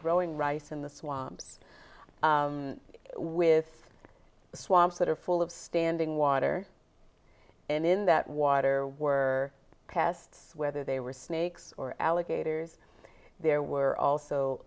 growing rice in the swamps with swamps that are full of standing water and in that water were pests whether they were snakes or alligators there were also